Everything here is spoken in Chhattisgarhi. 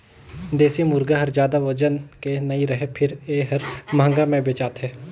देसी मुरगा हर जादा ओजन के नइ रहें फेर ए हर महंगा में बेचाथे